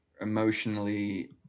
emotionally